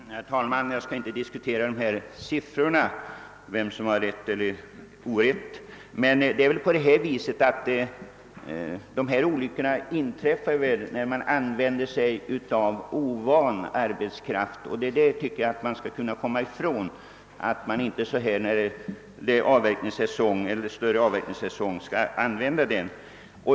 Herr talman! Jag skall inte diskutera de anförda siffrorna eller vem som kan ha rätt eller fel, men det är väl på det viset att dessa olycksfall inträffar när man anlitar ovan arbetskraft. Detta tycker jag att man borde kunna undvika genom att även under avverkningssäsongen eftersträva att använda utbildat folk.